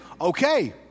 Okay